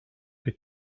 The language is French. que